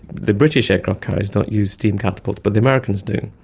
the british aircraft carriers don't use steam catapults but the americans do,